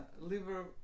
liver